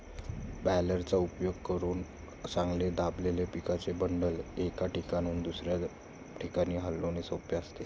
बॅलरचा उपयोग करून चांगले दाबलेले पिकाचे बंडल, एका ठिकाणाहून दुसऱ्या ठिकाणी हलविणे सोपे असते